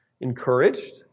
encouraged